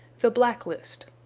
the blacklist